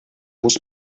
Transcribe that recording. muss